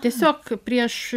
tiesiog prieš